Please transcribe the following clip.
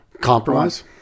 Compromise